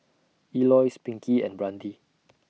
Elois Pinkey and Brandi